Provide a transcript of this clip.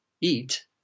eat